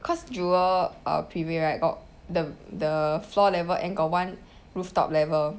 cause jewel uh prive right got the the floor level and got one rooftop level